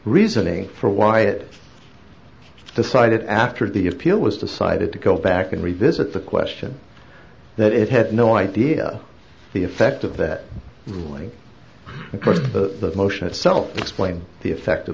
reasoning for why it decided after the appeal was decided to go back and revisit the question that it had no idea the effect of that ruling of course the motion itself explained the effect of